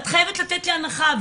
את חייבת לתת לי הנחה,